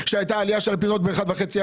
שהייתה עלייה של הפירות ב-1.5%,